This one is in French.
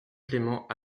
clement